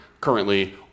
currently